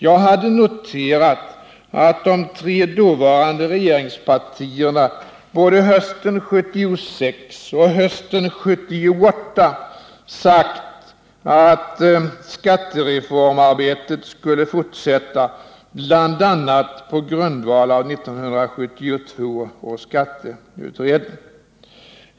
Jag hade noterat att de tre dåvarande regeringspartierna både hösten 1976 och hösten 1978 hade sagt att skattereformarbetet skulle fortsätta, bl.a. på grundval av 1972 års skatteutredning.